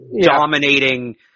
dominating